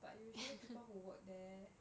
but usually people who work there